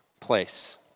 place